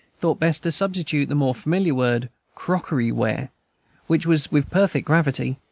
thought best to substitute the more familiar word, crockery-ware which was, with perfect gravity,